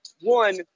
One